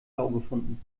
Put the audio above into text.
gefunden